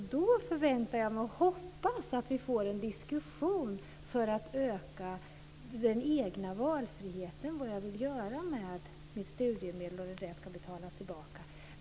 Jag förväntar mig och hoppas att vi får en diskussion för att öka den egna valfriheten angående studiemedel och när de ska betalas tillbaka.